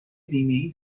بیمهای